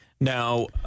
Now